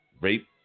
Rape